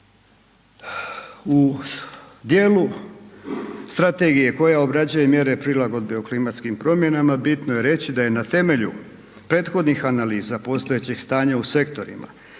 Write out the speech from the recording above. U dijelu strategije koja obrađuje mjere prilagodbe u klimatskim promjenama, bitno je reći da je na temelju prethodnih analiza postojećeg stanja u sektorima